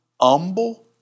humble